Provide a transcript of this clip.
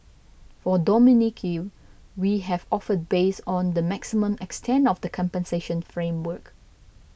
for Dominique we have offered based on the maximum extent of the compensation framework